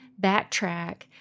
backtrack